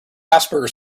asperger